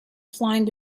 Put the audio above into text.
flying